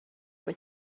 were